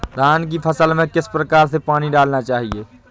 धान की फसल में किस प्रकार से पानी डालना चाहिए?